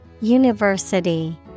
University